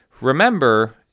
remember